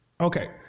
Okay